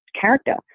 character